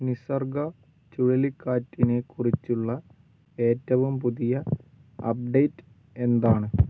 നിസർഗ ചുഴലിക്കാറ്റിനെ കുറിച്ചുള്ള ഏറ്റവും പുതിയ അപ്ഡേറ്റ് എന്താണ്